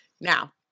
Now